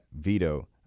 veto